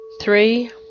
Three